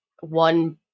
one